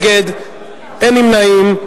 ובכן, בעד, 22, נגד, 44, ואין נמנעים.